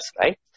right